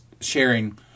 sharing